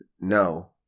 No